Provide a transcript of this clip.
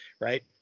right